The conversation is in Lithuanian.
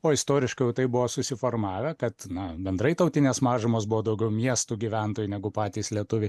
o istoriškai jau taip buvo susiformavę kad na bendrai tautinės mažumos buvo daugiau miestų gyventojai negu patys lietuviai